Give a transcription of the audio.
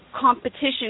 competition